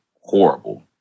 horrible